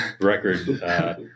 record